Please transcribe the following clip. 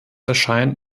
erscheint